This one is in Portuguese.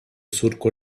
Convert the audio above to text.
suco